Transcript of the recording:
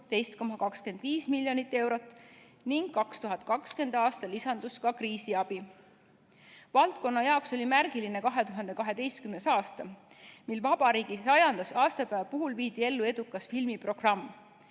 13,25 miljonit eurot ning 2020. aastal lisandus ka kriisiabi. Valdkonna jaoks oli märgiline 2018. aasta, mil vabariigi 100. aastapäeva puhul viidi ellu edukas filmiprogramm.